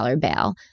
bail